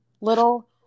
little